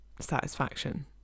Satisfaction